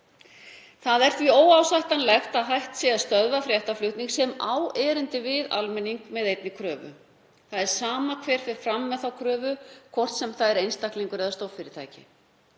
Það er því óásættanlegt að hægt sé að stöðva fréttaflutning sem á erindi við almenning með einni kröfu. Það er sama hver fer fram með þá kröfu, hvort sem það er einstaklingar eða stórfyrirtæki,